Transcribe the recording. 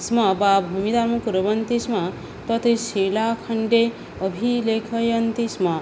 स्म वा भूमिदानं कुर्वन्ति स्म तत् शिलाखण्डे अभिलेखयन्ति स्म